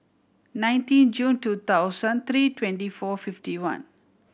nineteen June two thousand three twenty four fifty one